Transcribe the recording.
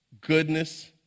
goodness